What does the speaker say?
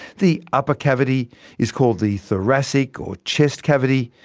the upper cavity is called the thoracic or chest cavity,